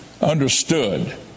understood